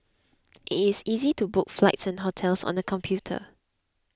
it is easy to book flights and hotels on the computer